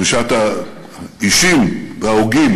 ברשימת האישים וההוגים,